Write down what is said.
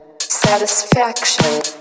Satisfaction